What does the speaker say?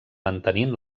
mantenint